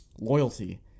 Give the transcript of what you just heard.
Loyalty